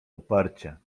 uparcie